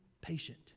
patient